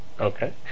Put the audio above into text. okay